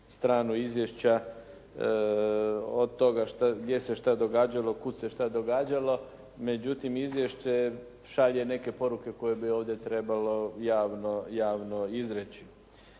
stranu izvješća od toga gdje se šta događalo, kud se šta događalo. Međutim, izvješće šalje neke poruke koje bi ovdje trebalo javno izreći,